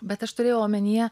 bet aš turėjau omenyje